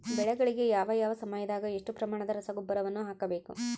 ಬೆಳೆಗಳಿಗೆ ಯಾವ ಯಾವ ಸಮಯದಾಗ ಎಷ್ಟು ಪ್ರಮಾಣದ ರಸಗೊಬ್ಬರವನ್ನು ಹಾಕಬೇಕು?